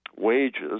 wages